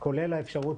וזה כולל את האפשרות,